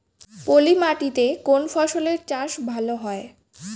পলি মাটিতে কোন ফসলের চাষ ভালো হয়?